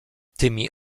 tymi